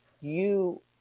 you-